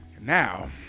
Now